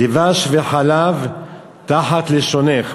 "דבש וחלב תחת לשונך".